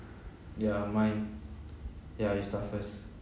ya mine ya you start first